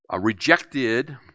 rejected